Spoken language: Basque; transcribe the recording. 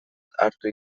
hartua